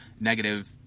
negative